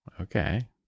Okay